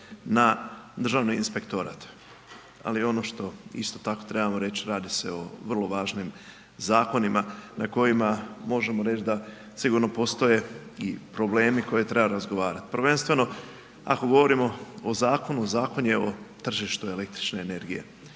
na Državni inspektorat. Ali ono što isto tako trebamo reć radi se o vrlo važnim zakonima na kojima možemo reć da sigurno postoje i problemi koje treba razgovarat. Prvenstveno, ako govorimo o zakonu, Zakon je o tržištu električne energije,